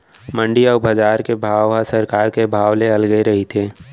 मंडी अउ बजार के भाव ह सरकार के भाव ले अलगे रहिथे